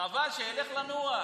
חבל, שילך לנוח.